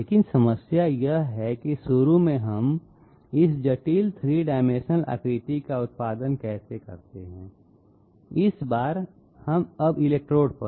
लेकिन समस्या यह है कि शुरू में हम इस जटिल 3 डाइमेंशनल आकृति का उत्पादन कैसे करते हैं इस बार अब इलेक्ट्रोड पर